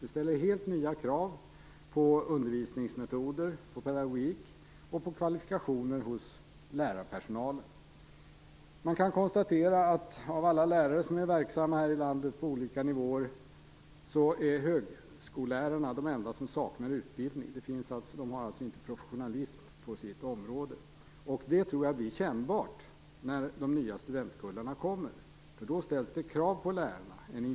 Det ställer helt nya krav på undervisningsmetoder, pedagogik och på kvalifikationer hos lärarpersonalen. Man kan konstatera att av alla lärare som är verksamma här i landet på olika nivåer är högskolelärarna de enda som saknar utbildning. De har alltså inte professionalism på sitt område. Det tror jag blir kännbart när de nya studentkullarna kommer, för då ställs det krav på lärarna.